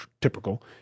typical